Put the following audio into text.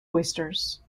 oysters